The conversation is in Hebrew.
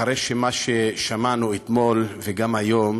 אחרי מה ששמענו אתמול וגם היום